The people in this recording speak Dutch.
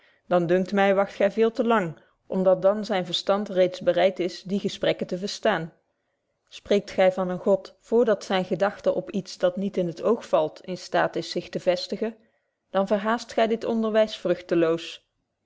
dan dunkt my wagt gy veel te lang om dat dan zyn verstand reeds bereidt is die gesprekken te verstaan spreekt gy van een god voor dat zyne gedagte op iets dat niet in t oog valt in staat is zich te vestigen dan verhaast gy dit onderwys